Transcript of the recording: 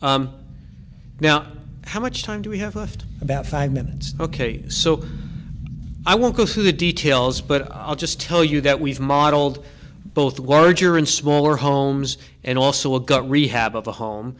now how much time do we have left about five minutes ok so i won't go through the details but i'll just tell you that we've modeled both larger and smaller homes and also got rehab of a home